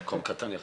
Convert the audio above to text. זה מקום קטן יחסית.